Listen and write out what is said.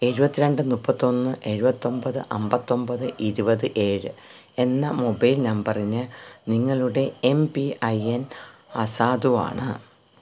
എഴുപത്തി രണ്ട് മുപ്പത്തിയൊന്ന് എഴുവത്തിയൊന്പത് അമ്പത്തിയൊന്പത് ഇരുപത് ഏഴ് എന്ന മൊബൈൽ നമ്പറിന് നിങ്ങളുടെ എം പി ഐ എൻ അസാധുവാണ്